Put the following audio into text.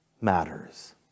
matters